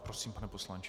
Prosím, pane poslanče.